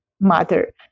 matter